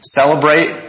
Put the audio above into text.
celebrate